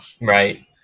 Right